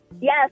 Yes